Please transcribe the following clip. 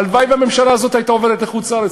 הלוואי שהממשלה הזאת הייתה עוברת לחוץ-לארץ,